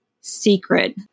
secret